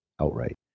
outright